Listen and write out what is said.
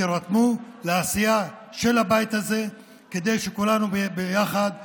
תירתמו לעשייה של הבית הזה כדי שכולנו ביחד נגיע,